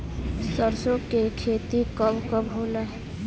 सरसों के खेती कब कब होला?